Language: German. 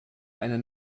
eine